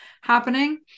happening